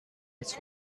its